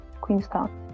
Queenstown